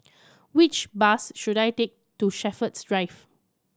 which bus should I take to Shepherds Drive